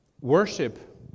Worship